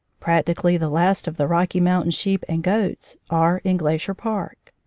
practi cally the last of the rocky mountain sheep and goats are in glacier park.